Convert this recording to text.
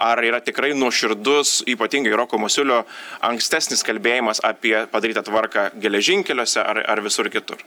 ar yra tikrai nuoširdus ypatingai roko masiulio ankstesnis kalbėjimas apie padarytą tvarką geležinkeliuose ar ar visur kitur